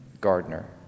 Gardner